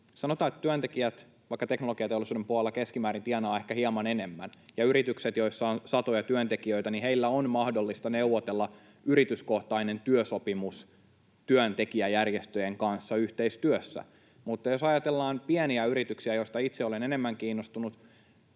sanotaan, työntekijät keskimäärin tienaavat ehkä hieman enemmän, ja yrityksissä, joissa on satoja työntekijöitä, on mahdollista neuvotella yrityskohtainen työsopimus työntekijäjärjestöjen kanssa yhteistyössä. Mutta jos ajatellaan pieniä yrityksiä — joista itse olen enemmän kiinnostunut,